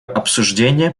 обсуждение